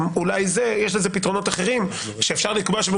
יש לזה פתרונות אחרים שאפשר לקבוע שאולי